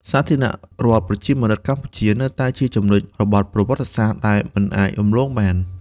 សាធារណរដ្ឋប្រជាមានិតកម្ពុជា នៅតែជាចំណុចរបត់ប្រវត្តិសាស្ត្រដែលមិនអាចរំលងបាន។